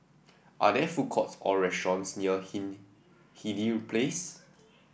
are there food courts or restaurants near Hindhede Place